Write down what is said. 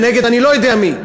ונגד אני לא יודע מי.